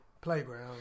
playground